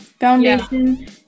foundation